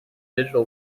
digital